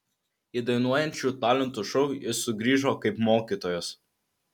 į dainuojančių talentų šou jis sugrįžo kaip mokytojas